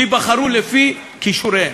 שייבחרו לפי כישוריהם,